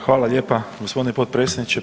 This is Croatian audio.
Hvala lijepa gospodine potpredsjedniče.